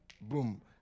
boom